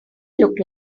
look